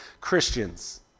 Christians